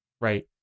right